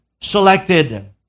selected